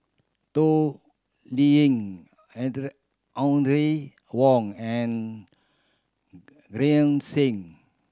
Toh Liying Audrey Wong and Green Zeng